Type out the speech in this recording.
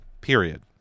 period